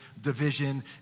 division